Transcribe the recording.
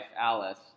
Alice